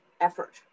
effort